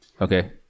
Okay